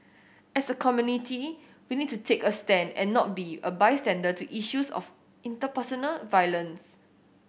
as a community we need to take a stand and not be a bystander to issues of interpersonal violence